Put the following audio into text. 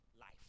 life